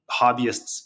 hobbyists